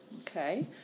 Okay